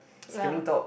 spinning top